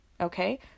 okay